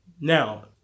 Now